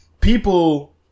people